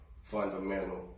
Fundamental